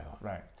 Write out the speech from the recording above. Right